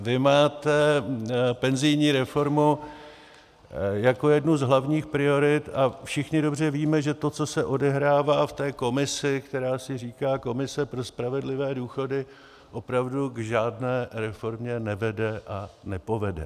Vy máte penzijní reformu jako jednu z hlavních priorit, a všichni dobře víme, že to, co se odehrává v té komisi, která si říká Komise pro spravedlivé důchody, opravdu k žádné reformě nevede a nepovede.